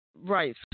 Right